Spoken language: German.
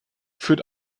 führt